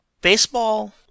baseball